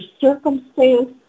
circumstance